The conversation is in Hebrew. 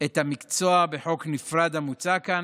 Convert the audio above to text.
את המקצוע בחוק נפרד, המוצע כאן,